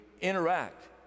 interact